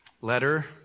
letter